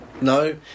No